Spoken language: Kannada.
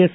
ಎಸ್